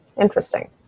Interesting